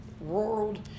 world